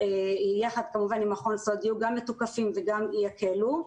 יחד עם מכון סאלד גם מתוקפים וגם יקלו.